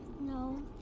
No